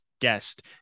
guest